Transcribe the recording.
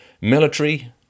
military